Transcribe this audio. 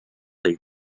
dei